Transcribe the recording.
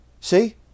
See